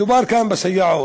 מדובר כאן בסייעות,